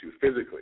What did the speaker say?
physically